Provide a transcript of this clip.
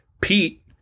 Pete